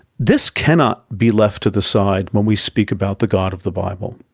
this cannot be left to the side when we speak about the god of the bible.